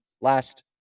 last